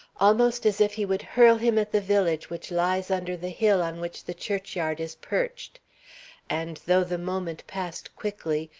almost as if he would hurl him at the village which lies under the hill on which the churchyard is perched and though the moment passed quickly,